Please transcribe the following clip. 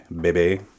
baby